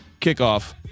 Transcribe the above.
kickoff